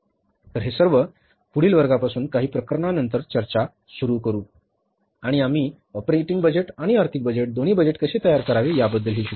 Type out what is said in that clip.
तर हे सर्व पुढील वर्गापासून काही प्रकरणांवर चर्चा सुरू करू आणि आम्ही ऑपरेटिंग बजेट आणि आर्थिक बजेट दोन्ही बजेट कसे तयार करावे याबद्दल शिकू